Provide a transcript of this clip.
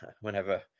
whenever